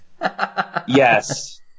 Yes